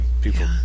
people